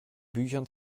büchern